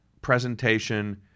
presentation